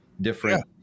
different